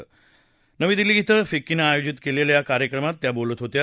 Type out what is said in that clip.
काल नवी दिल्ली बें फिक्कीनं आयोजित केलेल्या कार्यक्रमात त्या बोलत होत्या